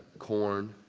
corn,